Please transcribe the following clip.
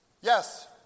Yes